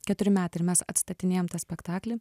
keturi metai ir mes atstatinėjam tą spektaklį